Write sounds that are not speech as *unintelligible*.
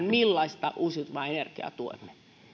*unintelligible* millaista uusiutuvaa energiaa tuemme